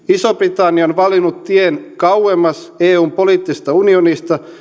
iso britannia on valinnut tien kauemmas eun poliittisesta unionista